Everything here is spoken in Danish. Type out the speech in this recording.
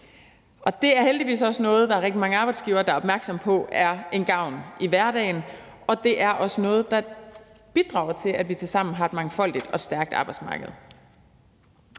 Det er heldigvis også noget, som der er rigtig mange arbejdsgivere der er opmærksomme på er til gavn i hverdagen, og det er også noget, der bidrager til, at vi tilsammen har et mangfoldigt og stærkt arbejdsmarked.